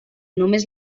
només